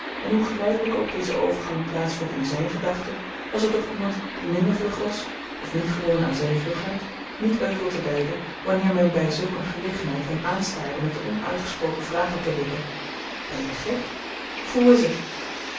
en hoe geleidelyk ook deze overgang plaats vond in zyn gedachten was het toch iemand die minder vlug was of niet gewoon aan zyn vlugheid niet euvel te duiden wanneer men by zulk een gelegenheid hem aanstaarde met de onuitgesproken vraag op de lippen ben je gek of hoe is het